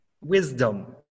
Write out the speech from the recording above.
Wisdom